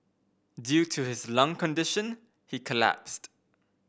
due to his lung condition he collapsed